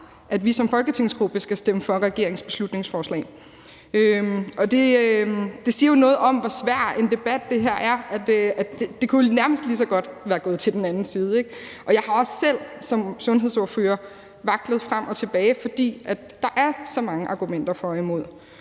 at vi som folketingsgruppe skal stemme for regeringens beslutningsforslag, og det siger jo noget om, hvor svær en debat det her er. Det kunne nærmest lige så godt være gået til den anden side, ikke? Jeg har også selv som sundhedsordfører vaklet frem og tilbage, fordi der er så mange argumenter for og imod.